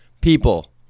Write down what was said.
people